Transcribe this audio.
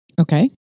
Okay